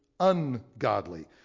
ungodly